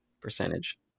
percentage